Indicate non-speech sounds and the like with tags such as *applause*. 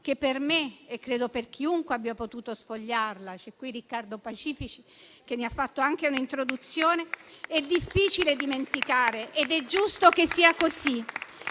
che per me, e credo per chiunque abbia potuto sfogliarla - c'è qui Riccardo Pacifici, che ne ha curato anche l'introduzione *applause* - è difficile dimenticare ed è giusto che sia così.